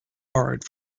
borrowed